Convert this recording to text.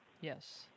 Yes